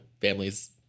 families